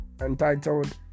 entitled